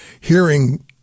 hearing